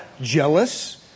jealous